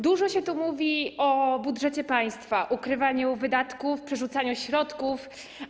Dużo się tu mówi o budżecie państwa, ukrywaniu wydatków, przerzucaniu środków.